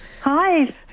Hi